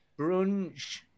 brunch